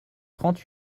trente